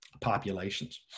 populations